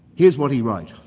here's what he wrote.